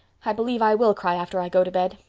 i believe i will cry after i go to bed.